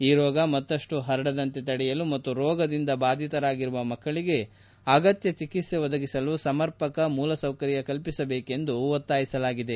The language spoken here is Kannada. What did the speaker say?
ಈ ರೋಗ ಮತ್ತಷ್ಟು ಹರಡದಂತೆ ತಡೆಯಲು ಮತ್ತು ರೋಗದಿಂದ ಬಾಧಿತರಾಗಿರುವ ಮಕ್ಕಳಿಗೆ ಅಗತ್ನ ಚಿಕಿತ್ತ ಒದಗಿಸಲು ಸಮರ್ಪಕ ಮೂಲಸೌಕರ್ಯ ಕಲ್ಲಿಸಬೇಕೆಂದು ಒತ್ನಾಯಿಸಲಾಗಿದೆ